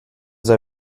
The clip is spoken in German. sei